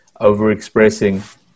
overexpressing